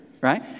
right